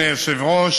אדוני היושב-ראש,